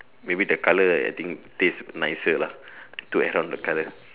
maybe the colour I think taste nicer lah to add on the colour